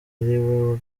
ariwe